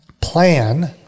plan